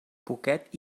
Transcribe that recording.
poquet